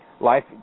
Life